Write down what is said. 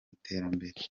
iterambere